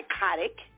psychotic